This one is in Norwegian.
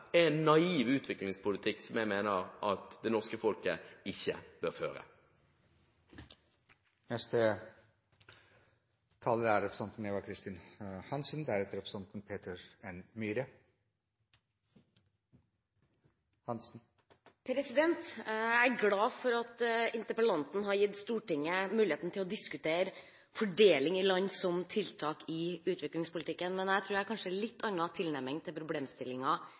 en naiv utviklingspolitikk som jeg mener at det norske folk ikke bør føre. Jeg er glad for at interpellanten har gitt Stortinget muligheten til å diskutere fordeling i land som tiltak i utviklingspolitikken, men jeg tror at jeg kanskje har en litt annen tilnærming til